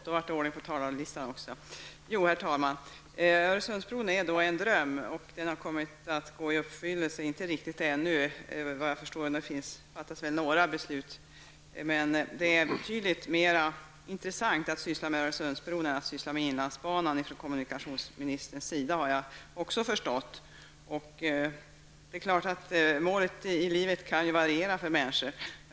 Herr talman! Öresundsbron är en dröm, och den har kommit att gå i uppfyllelse -- dock inte riktigt än. Såvitt jag förstår fattas det några beslut. Det är betydligt mera intressant att syssla med Öresundsbron än med inlandsbanan från kommunikationsministerns sida, har jag förstått. Målet i livet kan ju variera för människor.